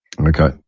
Okay